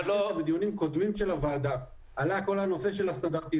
אני מזכיר שבדיונים קודמים של הוועדה עלה כל הנושא של הסטנדרטיזציה